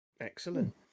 Excellent